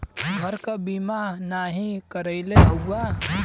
घर क बीमा नाही करइले हउवा